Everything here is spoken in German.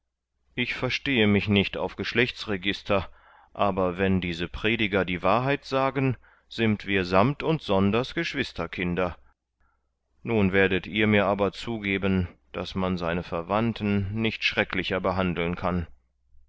ich verstehe mich nicht auf geschlechtsregister aber wenn diese prediger die wahrheit sagen sind wir sammt und sonders geschwisterkinder nun werdet ihr mir aber zugeben daß man seine verwandten nicht schrecklicher behandeln kann